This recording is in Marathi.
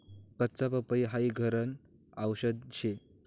कच्ची पपई हाई घरन आवषद शे